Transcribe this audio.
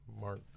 Mark